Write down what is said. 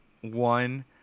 one